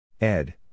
Ed